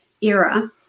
era